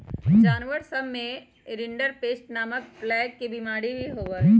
जानवर सब में रिंडरपेस्ट नामक प्लेग के बिमारी भी होबा हई